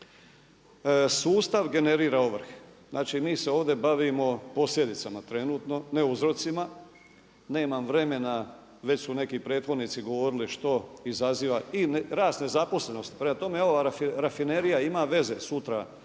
Sustav generira ovrhe. Znači mi se ovdje bavimo posljedicama trenutno, ne uzrocima. Nemam vremena, već su neki prethodnici govorili što izaziva i rast nezaposlenosti, prema tome ova rafinerija ima veze sutra,